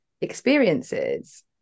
experiences